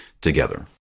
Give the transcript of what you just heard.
together